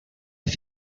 los